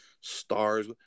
stars